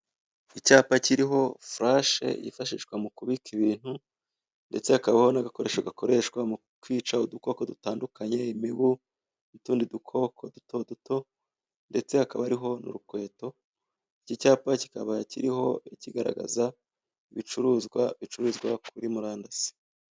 Icyapa kiriho furashe yifashishwa mu kubika ibintu, ndetse hakabaho n'agakoresho kifashishwa mu kwica udukoko dutandukanye imibu n'utundi dukoko dutoduto ntetse hakaba hariho n'urukweto icyo cyapa kiba kiriho ikigaragaza ibicuruza bicururizwa kuri murandasi